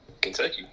Kentucky